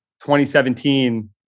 2017